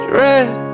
red